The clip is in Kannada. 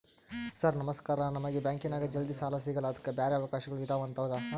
ಸರ್ ನಮಸ್ಕಾರ ನಮಗೆ ಬ್ಯಾಂಕಿನ್ಯಾಗ ಜಲ್ದಿ ಸಾಲ ಸಿಗಲ್ಲ ಅದಕ್ಕ ಬ್ಯಾರೆ ಅವಕಾಶಗಳು ಇದವಂತ ಹೌದಾ?